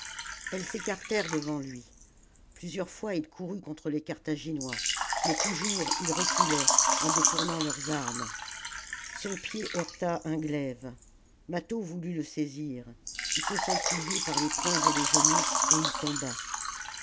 elles s'écartèrent devant lui plusieurs fois il courut contre les carthaginois mais toujours ils reculaient en détournant leurs armes son pied heurta un glaive mâtho voulut le saisir ii se sentit lié par les poings et les genoux et il tomba